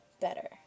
better